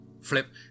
Flip